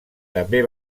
també